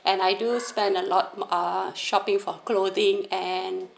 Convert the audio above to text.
and I do spend a lot uh shopping for clothing